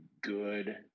good